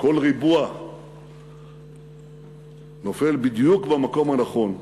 כל ריבוע נופל בדיוק במקום הנכון.